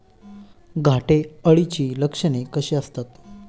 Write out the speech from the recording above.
घाटे अळीची लक्षणे कशी असतात?